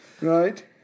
Right